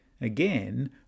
again